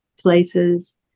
places